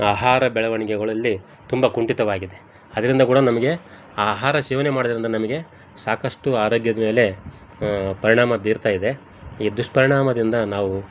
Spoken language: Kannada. ಆಹಾರ ಬೆಳವಣಿಗೆಗಳಲ್ಲಿ ತುಂಬ ಕುಂಠಿತವಾಗಿದೆ ಅದರಿಂದ ಕೂಡ ನಮಗೆ ಆಹಾರ ಸೇವನೆ ಮಾಡೋದರಿಂದ ನಮಗೆ ಸಾಕಷ್ಟು ಆರೋಗ್ಯದ ಮೇಲೆ ಪರಿಣಾಮ ಬೀರ್ತಾ ಇದೆ ಈ ದುಷ್ಪರಿಣಾಮದಿಂದ ನಾವು